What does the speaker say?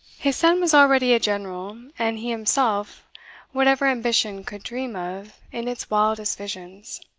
his son was already a general and he himself whatever ambition could dream of in its wildest visions.